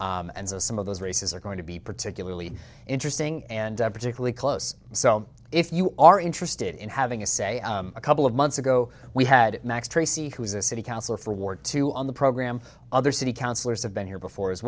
and so some of those races are going to be particularly interesting and particularly close so if you are interested in having a say a couple of months ago we had max tracey who is a city councilor for ward two on the program other city councillors have been here before as